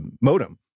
modem